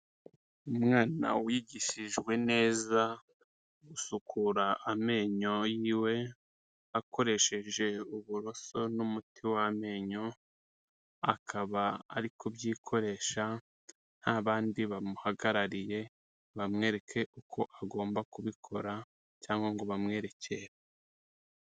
Umwana wigishijwe neza gusukura amenyo yiwe akoresheje uburoso n'umuti w'amenyo, akaba ari kubyikoresha nta bandi bamuhagarariye bamwereke uko agomba kubikora cyangwa ngo bamwerekere.